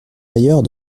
ailleurs